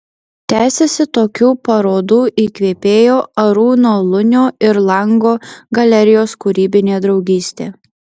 tęsiasi tokių parodų įkvėpėjo arūno lunio ir lango galerijos kūrybinė draugystė